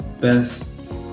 best